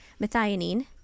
methionine